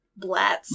blats